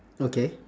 okay